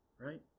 right